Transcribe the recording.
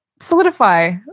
solidify